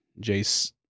Jace